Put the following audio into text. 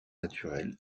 naturel